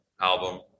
album